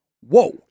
whoa